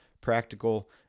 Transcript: practical